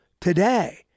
today